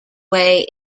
way